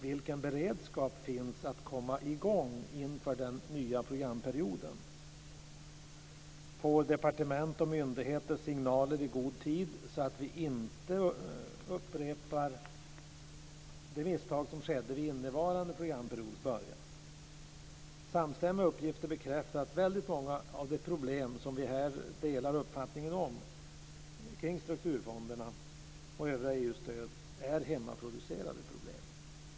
Vilken beredskap finns det när det gäller att komma i gång inför den nya programperioden? Får departement och myndigheter signaler i god tid så att vi inte upprepar det misstag som skedde vid innevarande programperiods början? Samstämmiga uppgifter bekräftar att väldigt många av de problem kring strukturfonderna - där har vi samma uppfattning - liksom övriga EU-stöd är hemmaproducerade problem.